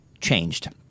changed